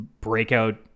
breakout